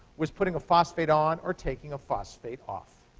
was putting a phosphate on or taking a phosphate off.